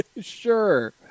Sure